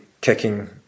kicking